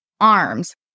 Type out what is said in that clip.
arms